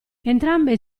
entrambe